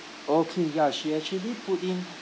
okay ya she actually put in